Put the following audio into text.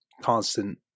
constant